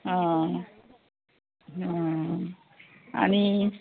आं आं आनी